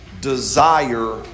desire